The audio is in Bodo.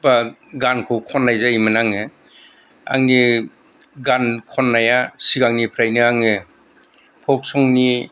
बा गानखौ खननाय जायोमोन आङो आंनि गान खननाया सिगांनिफ्रायनो आङो फल्क सं नि